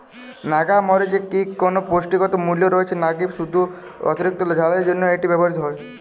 নাগা মরিচে কি কোনো পুষ্টিগত মূল্য রয়েছে নাকি শুধু অতিরিক্ত ঝালের জন্য এটি ব্যবহৃত হয়?